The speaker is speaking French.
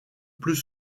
plus